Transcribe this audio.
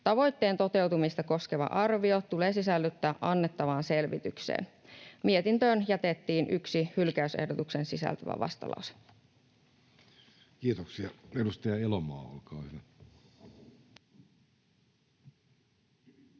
Tavoitteen toteutumista koskeva arvio tulee sisällyttää annettavaan selvitykseen. Mietintöön jätettiin yksi hylkäysehdotuksen sisältävä vastalause. Kiitoksia. — Edustaja Elomaa, olkaa hyvä. Arvoisa